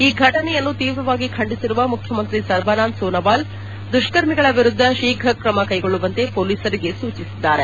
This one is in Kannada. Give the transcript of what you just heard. ಈ ಫಟನೆಯನ್ನು ತೀವ್ರವಾಗಿ ಖಂಡಿಸಿರುವ ಮುಖ್ಯಮಂತ್ರಿ ಸರ್ಬಾನಂದ್ ಸೋನೋವಾಲ್ ದುಷ್ಕ ರ್ಮಿಗಳ ವಿರುದ್ದ ಶೀಫ್ರ ಕ್ರಮ ಕೈಗೊಳ್ಳುವಂತೆ ಪೊಲೀಸರಿಗೆ ಸೂಚಿಸಿದ್ದಾರೆ